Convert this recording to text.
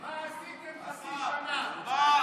מה עשיתם חצי שנה?